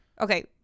Okay